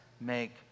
Make